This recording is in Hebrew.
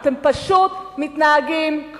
ההתנהגות שלכם היא אחת: אתם פשוט מתנהגים כמו